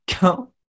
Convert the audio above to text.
Go